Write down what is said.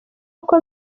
uko